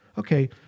Okay